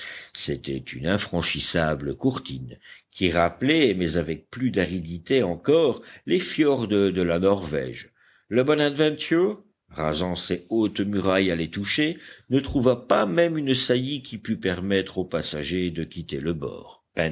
c'était une infranchissable courtine qui rappelait mais avec plus d'aridité encore les fiords de la norvège le bonadventure rasant ces hautes murailles à les toucher ne trouva pas même une saillie qui pût permettre aux passagers de quitter le bord